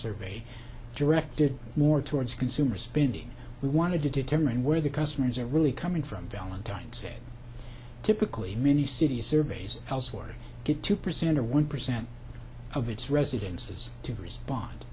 survey directed more towards consumer spending we wanted to determine where the customers are really coming from valentine said typically in many cities surveys elsewhere get two percent or one percent of its residences to respond